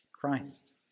Christ